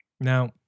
Now